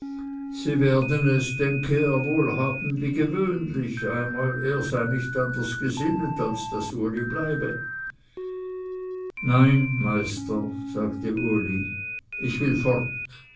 sie werden es denke er wohl haben wie gewöhnlich einmal er sei nicht anders gesinnet als daß uli bleibe nein meister sagte uli ich will fort